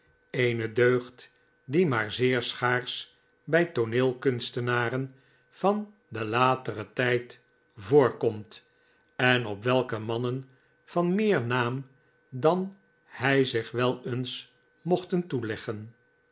eene deugd die maar zeer schaars bij tooneelkunstenaren van den lateren tijd voorkomt en op welke mannen van meer naam dan hij zich wel eens mochten toeleggen